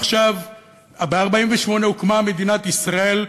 ב-1948 הוקמה מדינת ישראל,